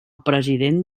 president